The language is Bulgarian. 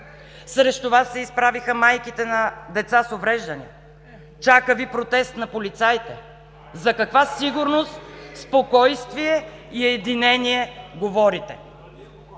Срещу Вас се изправиха майките на деца с увреждания, чака Ви протест на полицаите. За каква сигурност, спокойствие и единение говорите?!